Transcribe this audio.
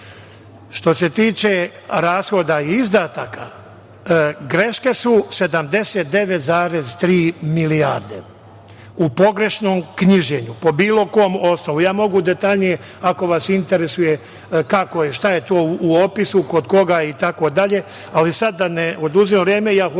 se tiče rashoda i izdataka, greške su 79,3 milijarde u pogrešnom knjiženju po bilo kom osnovu, ja mogu detaljnije ako vas interesuje kako je, šta je to u opisu, kod koga itd, ali, sada da ne oduzimam vreme, ja hoću